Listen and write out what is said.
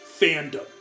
fandom